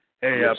Hey